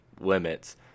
limits